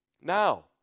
now